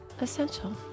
essential